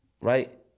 Right